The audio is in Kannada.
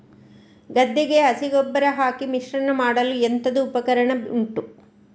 ಗದ್ದೆಗೆ ಹಸಿ ಗೊಬ್ಬರ ಹಾಕಿ ಮಿಶ್ರಣ ಮಾಡಲು ಎಂತದು ಉಪಕರಣ ಉಂಟು?